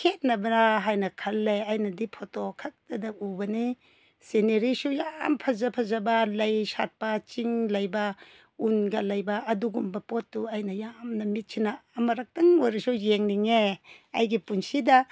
ꯈꯦꯠꯅꯕ꯭ꯔꯥ ꯍꯥꯏꯅ ꯈꯜꯂꯦ ꯑꯩꯅꯗꯤ ꯐꯣꯇꯣ ꯈꯛꯇꯗ ꯎꯕꯅꯦ ꯁꯤꯅꯔꯤꯁꯨ ꯌꯥꯝ ꯐꯖ ꯐꯖꯕ ꯂꯩ ꯁꯥꯠꯄ ꯆꯤꯡ ꯂꯩꯕ ꯎꯟꯒ ꯂꯩꯕ ꯑꯗꯨꯒꯨꯝꯕ ꯄꯣꯠꯇꯨ ꯑꯩꯅ ꯌꯥꯝꯅ ꯃꯤꯠꯁꯤꯅ ꯑꯃꯨꯛꯇꯪ ꯑꯣꯏꯔꯁꯨ ꯌꯦꯡꯅꯤꯡꯉꯦ ꯑꯩꯒꯤ ꯄꯨꯟꯁꯤꯗ